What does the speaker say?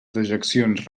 dejeccions